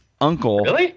uncle